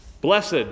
Blessed